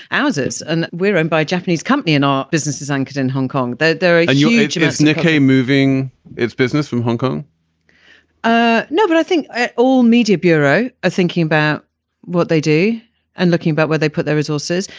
ours is. and we're owned by japanese company. and our business is anchored in hong kong there are, you know, japan's nikkei moving its business from hong kong ah no, but i think all media bureau are thinking about what they do and looking about where they put their resources.